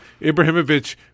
Ibrahimovic